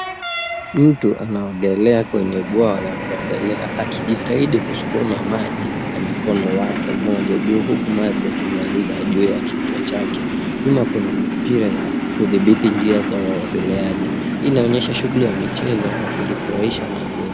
Mtu anaogelea kwenye bwawa la kuogelea, akijitahidi kusukuma maji na mkono wake mmoja. Juu huku maji yakimwagika juu ya kichwa chake. Nyuma kuna mipira ya kudhibiti njia za waogeleaji. Hii inaonyesha shughuli ya michezo na kujifurahisha majini.